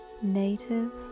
Native